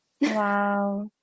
Wow